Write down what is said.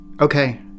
okay